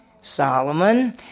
Solomon